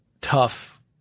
tough